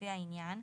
לפי העניין,